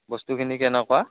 বস্তুখিনি কেনেকুৱা